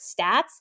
stats